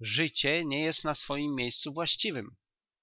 życie nie jest na swojem miejscu właściwem